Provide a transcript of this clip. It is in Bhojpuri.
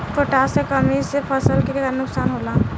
पोटाश के कमी से फसल के का नुकसान होला?